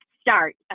start